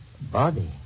Body